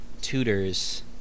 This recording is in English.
tutors